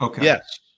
Yes